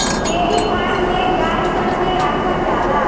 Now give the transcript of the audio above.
dairy farm में गाय सन के राखल जाला